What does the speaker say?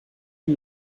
ihm